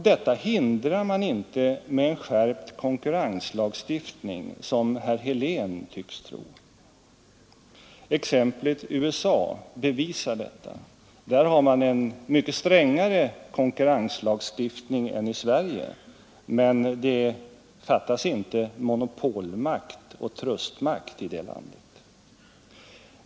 Detta hindrar man inte med en skärpt konkurrenslagstiftning, som herr Helén tycks tro. Exemplet USA bevisar detta. Där har man en mycket strängare konkurrenslagstiftning än i Sverige, men det fattas inte monopolmakt och trustmakt i det landet.